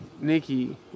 Nikki